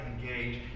engage